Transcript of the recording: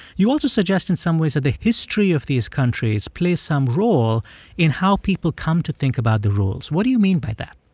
you also suggest in some ways that the history of these countries play some role in how people come to think about the rules. what do you mean by that?